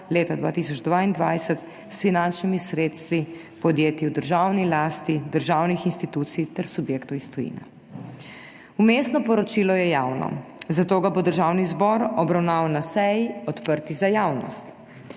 leta 2022 s finančnimi sredstvi podjetij v državni lasti, državnih institucij ter subjektov iz tujine. Vmesno poročilo je javno, zato ga bo Državni zbor obravnaval na seji, odprti za javnost.